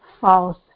false